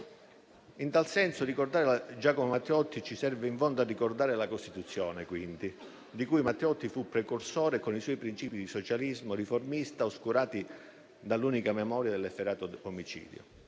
In tal senso, ricordare Giacomo Matteotti ci serve in fondo a ricordare la Costituzione, di cui egli fu precursore con i suoi principi di socialismo riformista, oscurati dall'unica memoria dell'efferato omicidio.